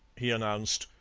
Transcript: he announced,